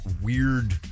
weird